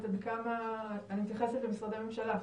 אני מתייחסת למשרדי הממשלה,